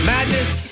Madness